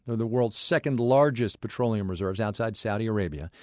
the world's second largest petroleum reserves outside saudi arabia.